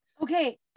Okay